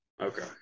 okay